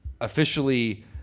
officially